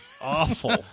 awful